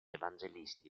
evangelisti